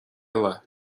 uile